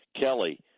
Kelly